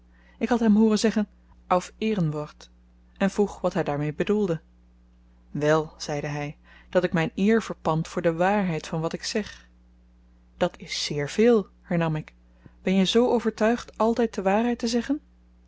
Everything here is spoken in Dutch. ik had hem hooren zeggen auf ehrenwort en vroeg wat hy daarmee bedoelde wèl zeide hy dat ik myn eer verpand voor de waarheid van wat ik zeg dat is zeer veel hernam ik ben je zoo overtuigd altyd de waarheid te zeggen